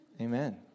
amen